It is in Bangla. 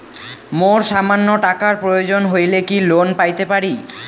মোর সামান্য টাকার প্রয়োজন হইলে কি লোন পাইতে পারি?